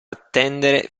attendere